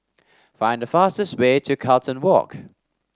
find the fastest way to Carlton Walk